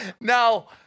Now